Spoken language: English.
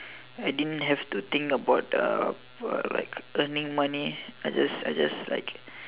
I didn't have to think about uh like earning money I just I just like